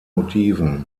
motiven